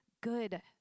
good